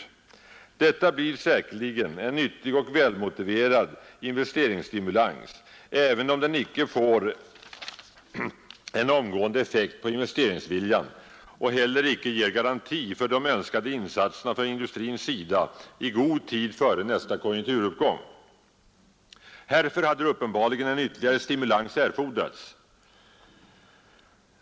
Detta blir säkerligen en nyttig och välmotiverad investeringsstimulans även om den icke får en omgående effekt på investeringsviljan och heller icke ger garanti för de önskade insatserna från industrins sida i god tid före nästa konjunkturuppgång. Härför hade uppenbarligen en ytterligare stimulans erfordrats.